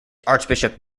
archbishop